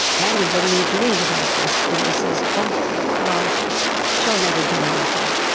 andy what are you doing about this. and he says oh well she'll never do anything